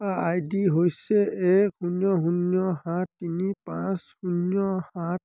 আই D হৈছে এক শূন্য শূন্য সাত তিনি পাঁচ শূন্য সাত